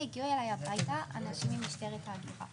הגיעו אליי הביתה אנשים ממשטרת ההגירה